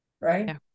Right